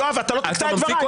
יואב, אתה לא תקטע את דבריי.